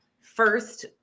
first